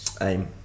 Aim